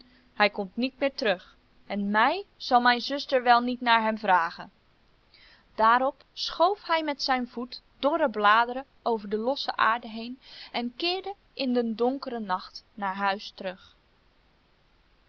hij komt niet meer terug en mij zal mijn zuster wel niet naar hem vragen daarop schoof hij met zijn voet dorre bladeren over de losse aarde heen en keerde in den donkere nacht naar huis terug